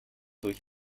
durch